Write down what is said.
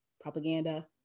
propaganda